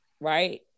Right